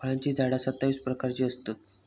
फळांची झाडा सत्तावीस प्रकारची असतत